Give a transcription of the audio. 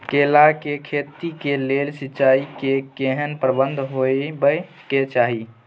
केला के खेती के लेल सिंचाई के केहेन प्रबंध होबय के चाही?